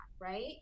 Right